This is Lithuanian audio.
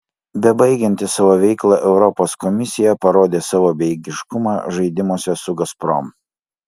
bebaigianti savo veiklą europos komisija parodė savo bejėgiškumą žaidimuose su gazprom